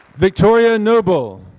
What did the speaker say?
victoria noble,